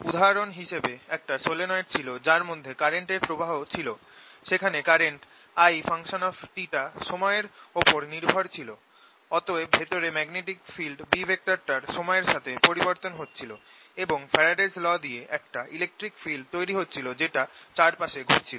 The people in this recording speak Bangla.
উদাহরণ হিসেবে একটা সলিনয়েড ছিল যার মধ্যে কারেন্ট এর প্রবাহ ছিল যেখানে কারেন্ট I টা সময়ের ওপর নির্ভর ছিল অতএব ভেতরে ম্যাগনেটিক ফিল্ড B টার সময়ের সাথে পরিবর্তন হচ্ছিল এবং ফ্যারাডেস ল দিয়ে একটা ইলেকট্রিক ফিল্ড তৈরি হচ্ছিল যেটা চারপাশে ঘুরছিল